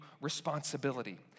responsibility